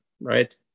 right